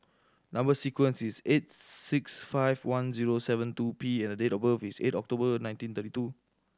number sequence is eight six five one zero seven two P and the date of birth is eight October nineteen thirty two